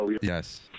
Yes